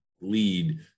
lead